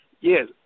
Yes